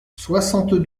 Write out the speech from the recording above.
soixante